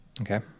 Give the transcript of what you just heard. Okay